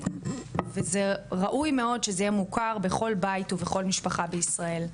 וזה ראוי מאוד שזה יהיה מוכר בכל בית ובכל משפחה בישראל.